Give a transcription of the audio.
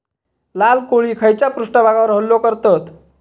लाल कोळी खैच्या पृष्ठभागावर हल्लो करतत?